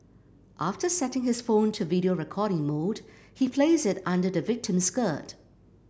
after setting his phone to video recording mode he placed it under the victim's skirt